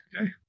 Okay